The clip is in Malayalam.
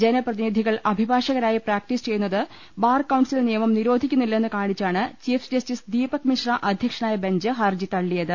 ജനപ്രതിനിധികൾ അഭിഭാഷകരായി പ്രാക്ടീസ് ചെയ്യുന്നത് ബാർ കൌൺസിൽ നിയമം നിരോധിക്കുന്നില്ലെന്ന് കാണിച്ചാണ് ചീഫ് ജസ്റ്റിസ് ദീപക് മിശ്ര അധ്യക്ഷനായ ബെഞ്ച് ഹർജി തള്ളിയത്